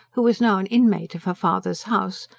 who was now an inmate of her father's house,